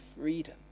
freedom